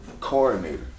coordinator